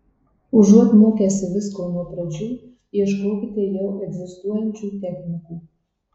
užuot mokęsi visko nuo pradžių ieškokite jau egzistuojančių technikų